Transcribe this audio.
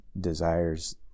desires